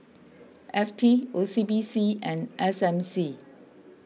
F T O C B C and S M C